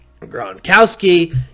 Gronkowski